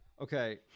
Okay